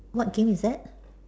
what game is that